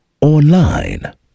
online